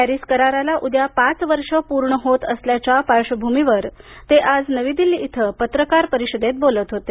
Paris कराराला उद्या पाच वर्ष पूर्ण होत असल्याच्या पार्श्वभूमीवर ते आज नवी दिल्ली इथ पत्रकार परिषदेत बोलत होते